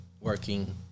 working